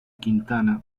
quintana